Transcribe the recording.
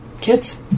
kids